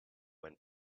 went